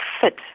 fit